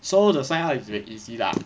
so the sign up is ver~ easy lah